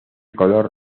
color